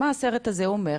מה הסרט הזה אומר?